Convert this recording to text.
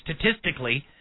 statistically